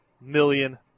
million